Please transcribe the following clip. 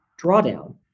drawdown